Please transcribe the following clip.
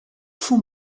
fûn